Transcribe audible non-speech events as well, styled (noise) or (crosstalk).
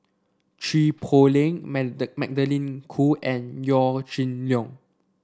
Chua Poh Leng (unintelligible) Magdalene Khoo and Yaw Shin Leong